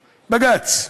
בג"ץ.